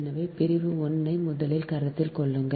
எனவே பிரிவு 1 ஐ முதலில் கருத்தில் கொள்ளுங்கள்